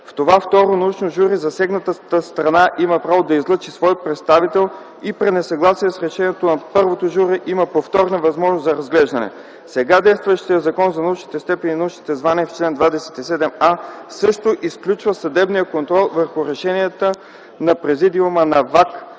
В това второ научно жури засегнатата страна има право да излъчи свой представител и при несъгласие с решението на първото жури има повторна възможност за разглеждане. Сега действащият Закон за научните степени и научните звания в чл. 27а също изключва съдебния контрол върху решенията на Президиума на ВАК